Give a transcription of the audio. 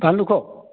बानलुखौ